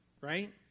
right